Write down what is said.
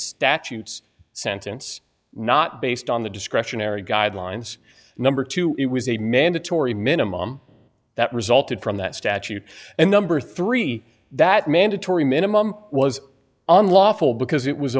statute sentence not based on the discretionary guidelines number two it was a mandatory minimum that resulted from that statute and number three that mandatory minimum was unlawful because it was